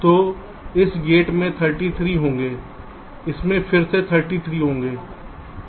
तो इस गेट में 33 होंगे इसमें फिर से 33 होंगे